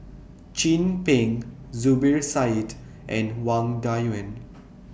Chin Peng Zubir Said and Wang Dayuan